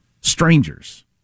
strangers